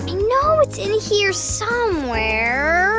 know it's in here somewhere.